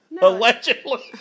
Allegedly